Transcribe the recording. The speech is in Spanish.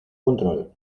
control